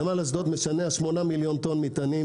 נמל אשדוד משנע 8 מיליון טון מטענים